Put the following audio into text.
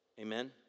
Amen